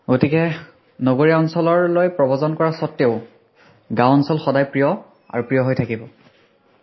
গতিকে নগৰীয়া অঞ্চললৈ প্ৰব্ৰজন কৰা স্বত্বেও গাঁও অঞ্চল সদায় প্ৰিয় আৰু প্ৰিয় হৈ থাকিব